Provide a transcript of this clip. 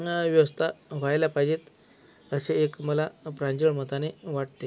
व्यवस्था व्हायला पाहिजेत असे एक मला प्रांजळ मताने वाटते